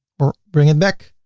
or bring it back.